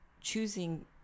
choosing